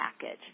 package